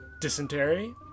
Dysentery